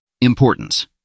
Importance